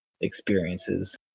experiences